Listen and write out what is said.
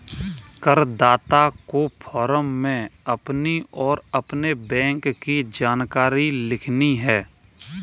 करदाता को फॉर्म में अपनी और अपने बैंक की जानकारी लिखनी है